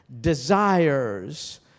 desires